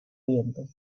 viento